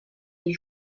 des